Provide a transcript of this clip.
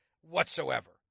whatsoever